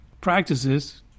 practices